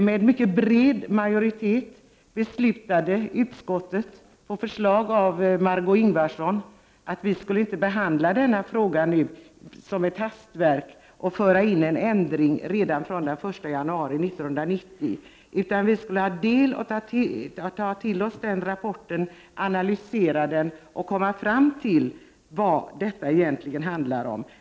Med mycket bred majoritet beslutade utskottet på förslag av Margö Ingvardsson att vi inte skulle behandla frågan nu som ett hastverk och föra in en ändring redan den 1 januari 1990 utan att vi skall ta del av rapporten, analysera den för att få fram vad detta egentligen handlar om.